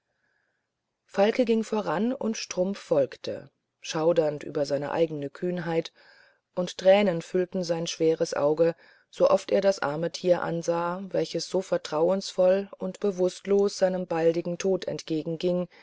falke ging voran und strumpf folgte schaudernd über seine eigene kühnheit und tränen füllten sein schweres auge sooft er das arme tier ansah welches so vertrauungsvoll und bewußtlos seinem baldigen tode entgegenging